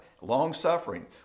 long-suffering